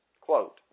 Quote